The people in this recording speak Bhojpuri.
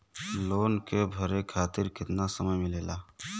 लोन के भरे खातिर कितना समय मिलेला?